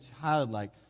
childlike